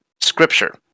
scripture